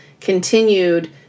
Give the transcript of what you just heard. continued